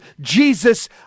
Jesus